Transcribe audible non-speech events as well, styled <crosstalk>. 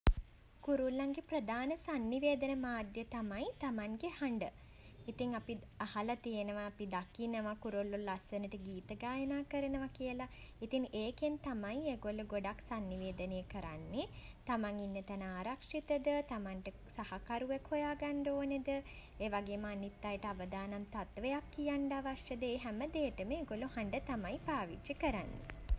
කුරුල්ලන්ගේ ප්‍රධාන සන්නිවේදන මාධ්‍යය තමයි තමන්ගේ හඬ. ඉතින් අපි <hesitation> අහල තියෙනවා අපි දකිනවා කුරුල්ලො ලස්සනට ගීත ගායනා කරනවා කියල. ඉතින් ඒකෙන් තමයි ඒ ගොල්ලො ගොඩක් සන්නිවේදනය කරන්නෙ. තමන් ඉන්න තැන ආරක්ෂිත ද <hesitation> තමන්ට සහකරුවෙක් හොයාගන්ඩ ඕනෙද <hesitation> ඒ වගේම අනිත් අයට අවදානම් තත්ත්වයක් කියන්න අවශ්‍යද <hesitation> ඒ හැමදේටම ඒගොල්ලො හඬ තමයි පාවිච්චි කරන්නේ.